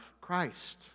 Christ